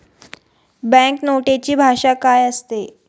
Bank नोटेची भाषा काय असते?